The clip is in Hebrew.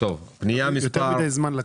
לקח יותר מידי זמן.